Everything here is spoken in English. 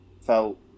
felt